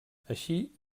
així